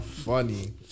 Funny